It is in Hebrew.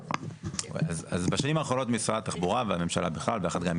אז בשנים האחרונות משרד התחבורה והממשלה בכלל ביחד גם עם